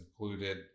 included